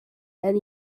and